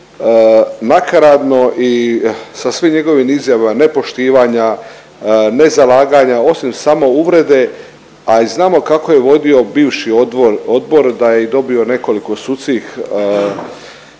nakaradno i sa svim njegovim izjavama nepoštivanja, ne zalaganja osim samo uvrede. A i znamo kako je vodio bivši odbor da je dobio nekoliko sudskih